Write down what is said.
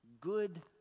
good